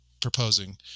proposing